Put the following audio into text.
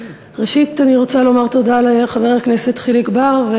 ראשית אני רוצה לומר תודה לחבר הכנסת חיליק בר,